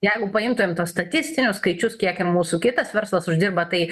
jeigu paimtumėm tuos statistinius skaičius kiek ir mūsų kitas verslas uždirba tai